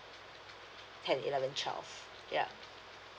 ten eleven twelve ya